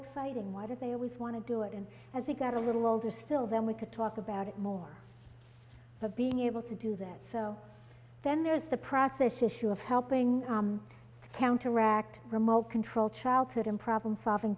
exciting why did they always want to do it and as we got a little older still then we could talk about it more of being able to do that so then there's the practice issue of helping counteract remote control childhood and problem solving